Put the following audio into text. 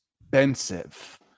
expensive